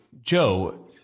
Joe